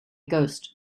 ghost